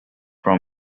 from